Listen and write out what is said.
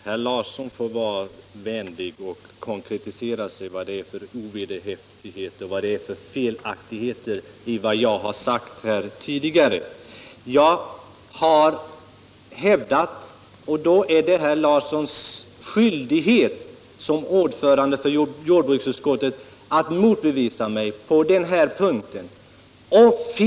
Herr talman! Herr Larsson i Borrby får vara vänlig att konkretisera sig när det gäller vad det är för ovederhäftigheter och felaktigheter i vad jag har sagt här tidigare. Det är herr Larssons skyldighet som ordförande i jordbruksutskottet att motbevisa mig på den här punkten, om han kan.